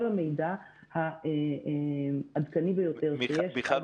המידע העדכני ביותר שיש על מערכת החינוך.